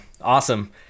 awesome